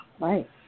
Right